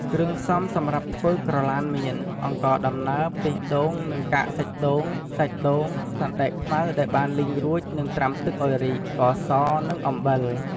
គ្រឿងផ្សំសម្រាប់ធ្វើក្រឡានមាន អង្ករដំណើប ខ្ទិះដូងនិងកាកសាច់ដូង សាច់ដូង សណ្ដែកខ្មៅដែលបានលីងរួចនិងត្រាំទឹកឱ្យរីក ស្ករស និងអំបិល។